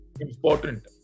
important